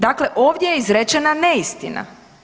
Dakle, ovdje je izrečena neistina.